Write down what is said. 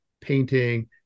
painting